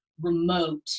remote